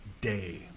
day